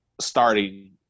starting